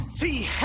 See